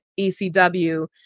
ECW